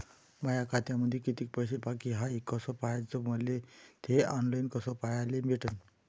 माया खात्यामंधी किती पैसा बाकी हाय कस पाह्याच, मले थे ऑनलाईन कस पाह्याले भेटन?